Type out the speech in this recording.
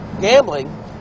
Gambling